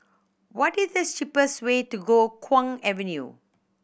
what is the cheapest way to go Kwong Avenue